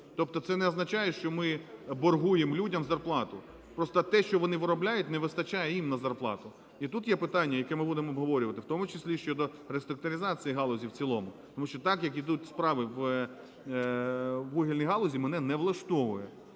Тобто це не означає, що ми боргуємо людям зарплату. Просто те, що вони виробляють, не вистачає їм на зарплату. І тут є питання, яке ми будемо обговорювати в тому числі щодо реструктуризації галузі в цілому. Тому що так, як ідуть справи в вугільній галузі, мене не влаштовує.